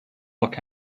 look